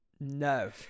no